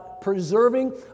preserving